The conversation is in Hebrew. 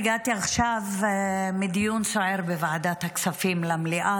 הגעתי עכשיו מדיון סוער בוועדת הכספים למליאה